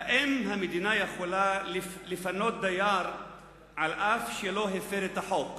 האם המדינה יכולה לפנות דייר אף שלא הפר את החוק?